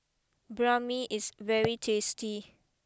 Banh Mi is very tasty